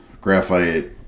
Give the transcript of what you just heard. graphite